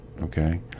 okay